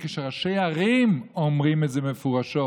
כאשר ראשי ערים אומרים את זה מפורשות?